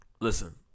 Listen